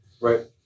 Right